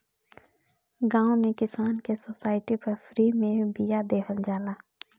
गांव में किसान के सोसाइटी पर फ्री में बिया देहल जाला